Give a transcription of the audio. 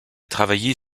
travailler